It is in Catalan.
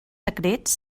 secrets